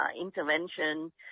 intervention